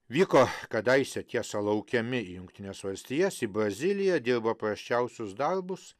vyko kadaise tiesa laukiami į jungtines valstijas į braziliją dirbo prasčiausius darbus